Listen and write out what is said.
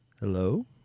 Hello